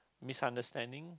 misunderstanding